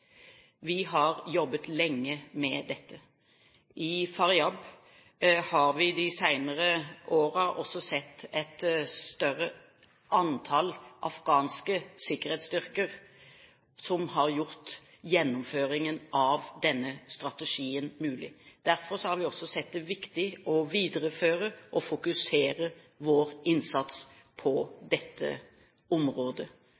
Vi har jobbet lenge med dette. I Faryab har vi de senere årene også sett et større antall afghanske sikkerhetsstyrker som har gjort gjennomføringen av denne strategien mulig. Derfor har vi sett det som viktig å videreføre og fokusere vår innsats